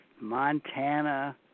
Montana